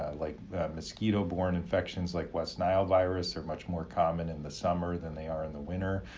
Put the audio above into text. ah like mosquito borne infections like west nile virus are much more common in the summer than they are in the winter.